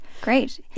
great